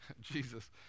Jesus